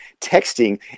Texting